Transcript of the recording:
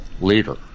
leader